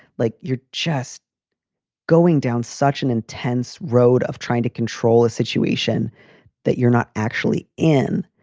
like your chest going down such an intense road of trying to control a situation that you're not actually in,